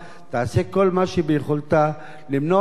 מה שביכולתה למנוע הישנות דברים כאלה,